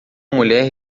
mulher